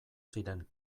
ziren